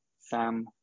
Sam